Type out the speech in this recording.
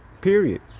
Period